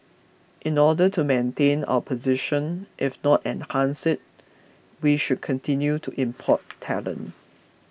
in order to maintain our position if not enhance it we should continue to import talent